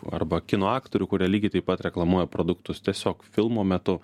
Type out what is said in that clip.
arba kino aktorių kurie lygiai taip pat reklamuoja produktus tiesiog filmo metu